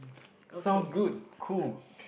sounds good cool